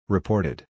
Reported